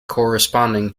corresponding